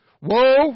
Woe